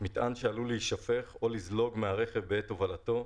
מטען שעלול להישפך או לזלוג מהרכב בעת הובלתו,